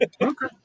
Okay